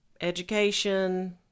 education